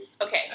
Okay